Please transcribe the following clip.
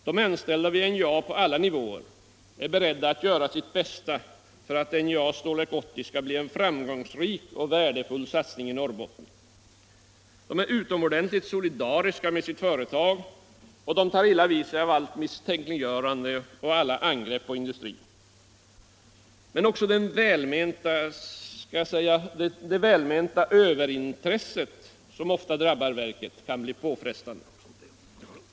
De anställda vid NJA, på alla nivåer, är beredda att göra sitt bästa för att NJA och Stålverk 80 skall bli en framgångsrik och värdefull satsning i Norrbotten. De är utomordentligt solidariska med sitt företag och de tar illa vid sig av allt misstänkliggörande och alla angrepp på industrin. Men även det välmenta, jag vill kalla det överintresse, som ofta drabbar verket kan bli påfrestande.